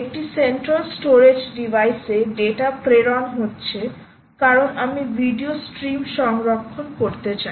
একটি central storage ডিভাইসে data প্রেরণ হচ্ছে কারণ আমি ভিডিও স্ট্রিম সংরক্ষণ করতে চাই